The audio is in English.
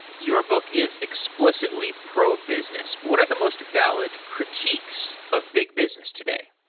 your book is explicitly pro-business. what are the most valid critiques of big business today?